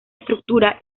estructura